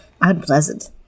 Unpleasant